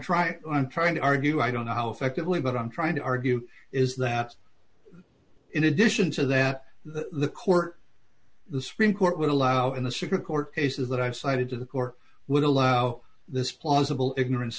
trying i'm trying to argue i don't know how effectively but i'm trying to argue is that in addition to that the court the supreme court would allow in the supreme court cases that i've cited to the court would allow this plausible ignorance